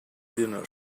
dinner